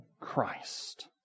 Christ